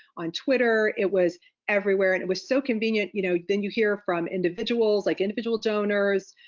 on twitter, it was everywhere. and it was so convenient, you know then you hear from individuals like individual donors.